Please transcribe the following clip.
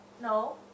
No